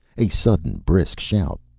a sudden brisk shout,